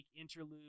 interlude